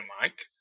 mike